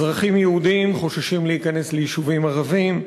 אזרחים יהודים חוששים להיכנס ליישובים ערביים,